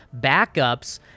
backups